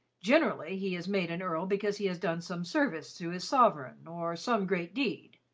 generally, he is made an earl because he has done some service to his sovereign, or some great deed.